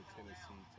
Tennessee